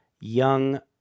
young